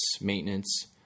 maintenance